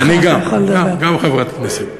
אז אני גם חברת כנסת.